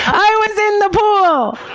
i was in the pool!